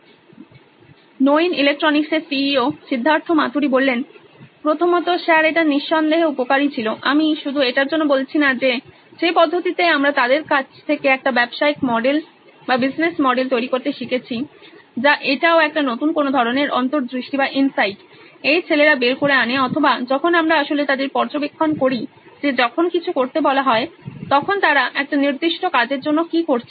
সিদ্ধার্থ মাতুরি প্রধান নির্বাহী কর্মকর্তা সি ই ও নইন ইলেকট্রনিক্স প্রথমত স্যার এটা নিঃসন্দেহে উপকারী ছিল আমি শুধু এটার জন্য বলছি না যে যে পদ্ধতিতে আমরা তাদের কাছ থেকে একটা ব্যবসায়িক মডেল তৈরি করতে শিখেছি যা এটাও একটা নতুন কোনো ধরনের অন্তর্দৃষ্টি এই ছেলেরা বের করে আনে অথবা যখন আমরা আসলে তাদের পর্যবেক্ষণ করি যে যখন কিছু করতে বলা হয় তখন তারা একটা নির্দিষ্ট কাজের জন্য কি করছে